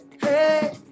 hey